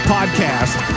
Podcast